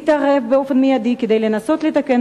להתערב באופן מיידי כדי לנסות לתקן